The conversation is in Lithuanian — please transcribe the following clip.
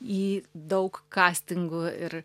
į daug kastingų ir